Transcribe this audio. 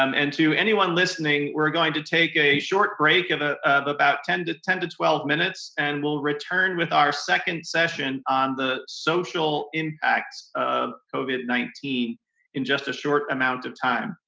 um and to anyone listening, we're going to take a short break of ah of about ten to ten to twelve minutes and we'll return with our second session on the social impacts of covid nineteen in just a short amount of time.